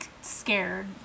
scared